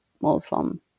Muslim